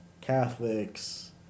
Catholics